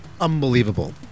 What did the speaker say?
unbelievable